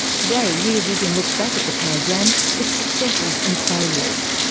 today, rear vision looks back at the program, its successes and failures.